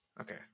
Okay